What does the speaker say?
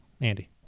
Andy